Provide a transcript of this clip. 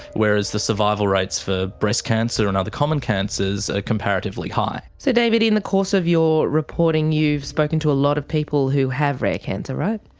whereas the survival rates for breast cancer and other common cancers are comparatively high. so david, in the course of your reporting you have spoken to a lot of people who have rare cancer, right?